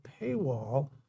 paywall